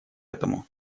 этому